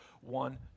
one